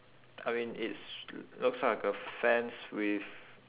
I mean it's looks like a fence with